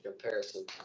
comparison